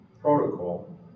protocol